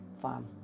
farm